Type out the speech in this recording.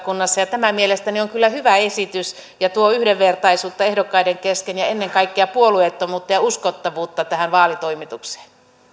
vaalilautakunnassa ja tämä mielestäni on kyllä hyvä esitys ja tuo yhdenvertaisuutta ehdokkaiden kesken ja ennen kaikkea puolueettomuutta ja uskottavuutta tähän vaalitoimitukseen